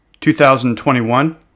2021